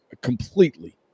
completely